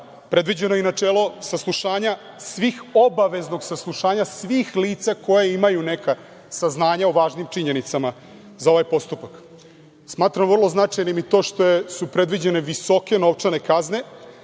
tajnu. Predviđeno je i načelo obaveznog saslušanja svih lica koja imaju neka saznanja o važnim činjenicama za ovaj postupak. Smatram vrlo značajnim i to što su predviđene visoke novčane kazne